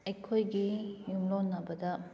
ꯑꯩꯈꯣꯏꯒꯤ ꯌꯨꯝꯂꯣꯟꯅꯕꯗ